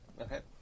Okay